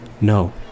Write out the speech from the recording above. No